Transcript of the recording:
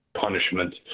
punishment